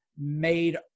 made